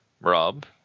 rob